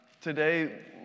Today